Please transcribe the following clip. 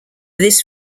this